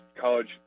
college